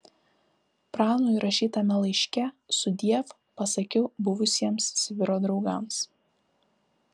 pranui rašytame laiške sudiev pasakiau buvusiems sibiro draugams